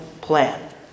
plan